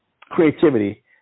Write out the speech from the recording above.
creativity